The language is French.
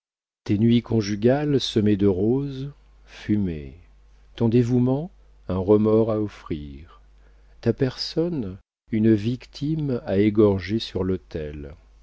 tes nuits conjugales semées de roses fumée ton dévouement un remords à offrir ta personne une victime à égorger sur l'autel